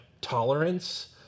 tolerance